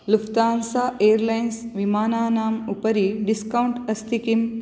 Lufthansa airlines विमानानाम् उपरि discount अस्ति किम्